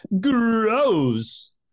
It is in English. Gross